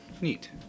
Neat